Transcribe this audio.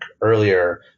earlier